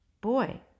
Boy